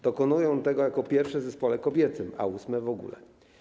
Dokonują tego jakie pierwsze w zespole kobiecym, a ósme w ogóle.